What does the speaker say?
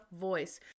voice